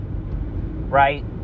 right